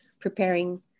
preparing